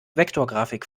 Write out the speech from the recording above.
vektorgrafik